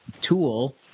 tool